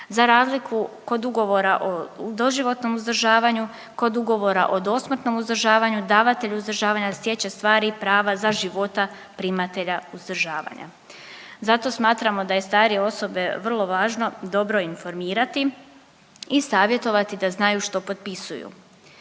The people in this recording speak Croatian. Za razliku kod Ugovora o doživotnom uzdržavanju, kod ugovora o dosmrtnom uzdržavanju, davatelj uzdržavanja stječe stvari i prava za života primatelja uzdržavanja. Zato smatramo da je starije osobe vrlo važno dobro informirati i savjetovati da znaju što potpisuju